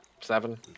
Seven